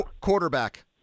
Quarterback